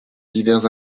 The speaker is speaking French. divers